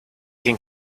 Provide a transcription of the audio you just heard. can